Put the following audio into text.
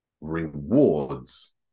rewards